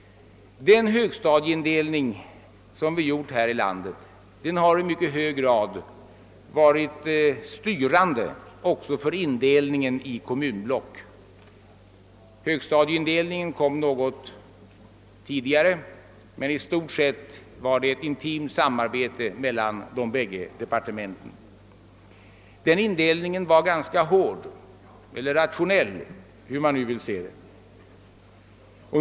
Den högstadieindelning som gjorts har i mycket hög grad varit styrande också för indelningen i kommunblock. Högstadieindelningen kom något tidigare men i stort sett var det ett intimt samarbete mellan de bägge departementen. Den indelningen var mycket hård eller rationell, beroende på hur man vill se det.